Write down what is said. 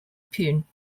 pune